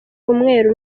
umweru